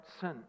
sin